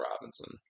Robinson